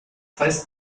heißt